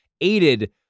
aided